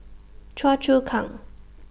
Choa Chu Kang